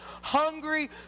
hungry